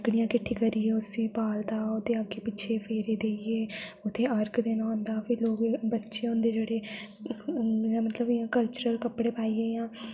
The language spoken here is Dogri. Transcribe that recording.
लकड़ियां कीठियां करिये उस्सी बालदा ओह्दे अग्गे पिच्छे फेरे देइये उत्थे अर्ग देना होंदा फिर ओह्दे बच्चें औंदे जेह्ड़े मेरा मतलब इ'यां कल्चरल कपड़े पाइयै जां